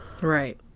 Right